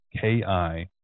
K-I